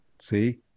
See